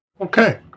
Okay